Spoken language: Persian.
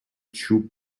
چوب